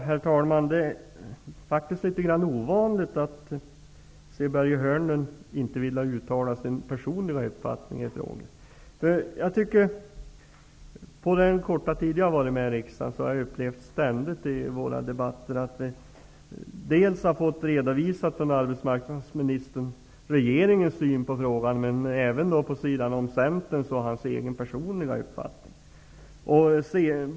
Herr talman! Det är faktiskt litet ovanligt att Börje Hörnlund inte vill uttala sin personliga uppfattning i en fråga. På den korta tid som jag har suttit i riksdagen har jag ständigt i våra debatter upplevt att arbetsmarknadsministern har redovisat regeringens syn på frågan men även vid sidan om Centerns och hans egen personliga uppfattning.